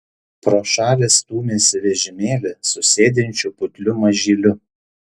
pro šalį stūmėsi vežimėlį su sėdinčiu putliu mažyliu